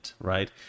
right